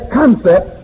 concept